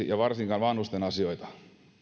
ja varsinkaan vanhusten asioita tärkeimmiksi asioiksi